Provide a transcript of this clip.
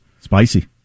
Spicy